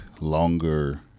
longer